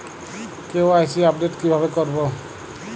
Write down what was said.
KYC update কিভাবে করবো?